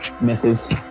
Misses